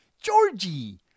Georgie